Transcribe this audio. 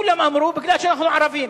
כולם אמרו: בגלל שאנחנו ערבים.